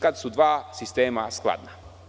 Kada su dva sistema skladna.